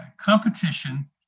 competition